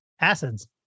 acids